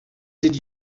did